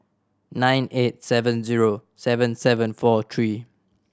nine eight seven zero seven seven four three